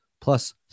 plus